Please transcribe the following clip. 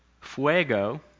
Fuego